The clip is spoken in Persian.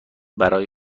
برای